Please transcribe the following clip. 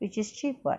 which is cheap what